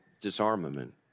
disarmament